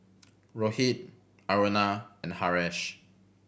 Rohit Aruna and Haresh